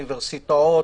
האוניברסיטאות,